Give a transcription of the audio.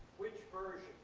which version?